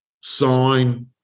sign